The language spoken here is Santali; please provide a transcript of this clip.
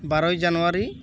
ᱵᱟᱨᱳᱭ ᱡᱟᱱᱩᱣᱟᱨᱤ